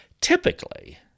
Typically